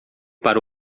para